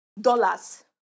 dollars